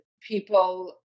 people